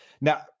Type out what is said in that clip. Now